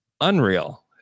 Unreal